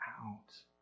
out